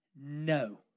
no